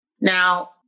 Now